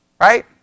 Right